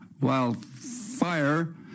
wildfire